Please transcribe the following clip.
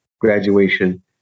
graduation